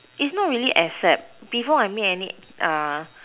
is not really accept before I made any